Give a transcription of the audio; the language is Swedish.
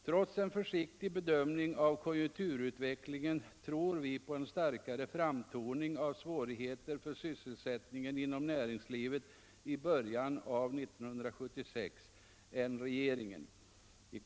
Trots en försiktig bedömning av konjunkturutvecklingen tror vi på en starkare framtoning av svårigheter för sysselsättningen inom näringslivet i början av 1976 än vad regeringen gör.